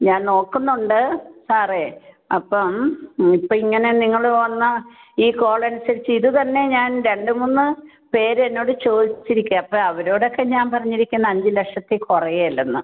ഞാൻ നോക്കുന്നുണ്ട് സാറേ അപ്പം ആ ഇപ്പോൾ ഇങ്ങനെ നിങ്ങൾ വന്നു ഈ കോൾ അനുസരിച്ച് ഇത് ഇത് തന്നെ ഞാൻ രണ്ട് മൂന്ന് പേര് എന്നോട് ചോദിച്ചിരിക്കുകയാണ് അപ്പോൾ അവരോടൊക്കെ ഞാൻ പറഞ്ഞിരിക്കുന്നത് അഞ്ച് ലക്ഷത്തി കുറയില്ലെന്ന്